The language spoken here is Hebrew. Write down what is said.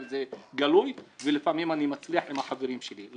את זה גלויות ולפעמים אני מצליח עם החברים שלי.